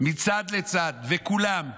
מצד לצד וכולם.